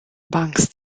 banks